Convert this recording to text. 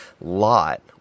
lot